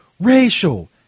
Racial